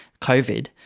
COVID